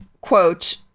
quote